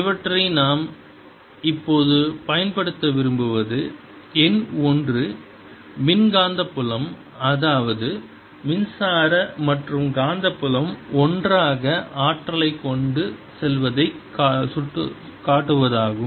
இவற்றை நாம் இப்போது பயன்படுத்த விரும்புவது எண் 1 மின்காந்த புலம் அதாவது மின்சார மற்றும் காந்தப்புலம் ஒன்றாக ஆற்றலைக் கொண்டு செல்வதைக் காட்டுவதாகும்